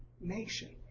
nation